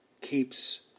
keeps